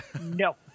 no